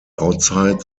outside